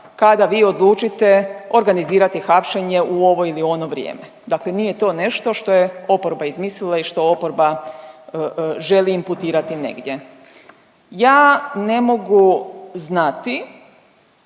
kada vi odlučite organizirati hapšenje u ovo ili ono vrijeme. Dakle, nije to nešto što je oporba izmislila i što oporba želi imputirati negdje. Ja ne mogu znati,